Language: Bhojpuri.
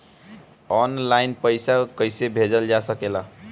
आन लाईन पईसा कईसे भेजल जा सेकला?